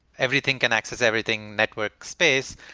everything connect that's everything network space,